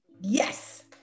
Yes